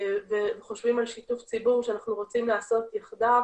וחושבים על שיתוף ציבור שאנחנו רוצים לעשות יחדיו